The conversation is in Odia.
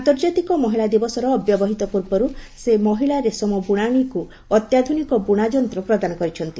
ଆନ୍ତର୍ଜାତିକ ମହିଳା ଦିବସର ଅବ୍ୟାବହିତ ପୂର୍ବରୁ ସେ ମହିଳା ରେଶମ ବୁଣାଳୀଙ୍କୁ ଅତ୍ୟାଧୁନିକ ବୁଣାଯନ୍ତ ପ୍ରଦାନ କରିଛନ୍ତି